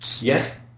Yes